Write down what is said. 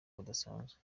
budasanzwe